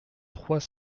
trois